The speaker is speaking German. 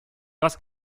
das